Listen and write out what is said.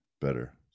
better